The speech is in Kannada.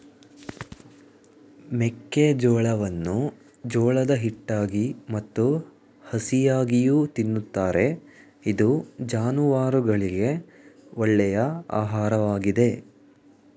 ಮೆಕ್ಕೆಜೋಳವನ್ನು ಜೋಳದ ಹಿಟ್ಟಾಗಿ ಮತ್ತು ಹಸಿಯಾಗಿಯೂ ತಿನ್ನುತ್ತಾರೆ ಇದು ಜಾನುವಾರುಗಳಿಗೆ ಒಳ್ಳೆಯ ಆಹಾರವಾಗಿದೆ